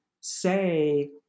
say